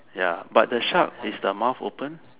ya but the shark is the mouth open